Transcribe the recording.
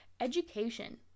education